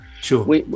Sure